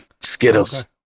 skittles